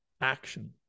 action